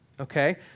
okay